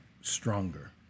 stronger